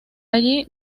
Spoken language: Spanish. allí